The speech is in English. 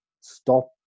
stop